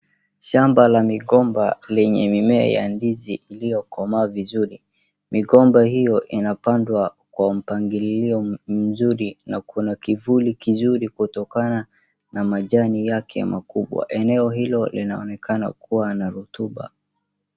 Shamba la migomba lenye mimea ya ndizi liyokomaa vizuri, migomba hiyo inapandwa kwa mpangililo ulio mzuri na kuna kivuli kizuri kutokana na majani yake makubwa, eneo hilo linaonekana kuwa na rotuba.